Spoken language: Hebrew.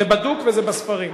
זה בדוק וזה בספרים.